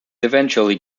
eventually